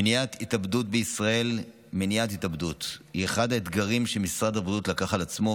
מניעת התאבדות היא אחד האתגרים שמשרד הבריאות לקח על עצמו,